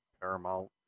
Paramount